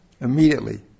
immediately